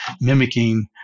mimicking